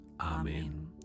Amen